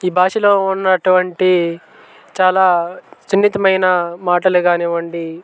ఈ భాషలో ఉన్నటువంటి చాలా సున్నితమైన మాటలు కానివ్వండి